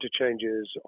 interchanges